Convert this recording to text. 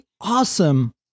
awesome